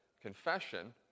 confession